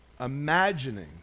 imagining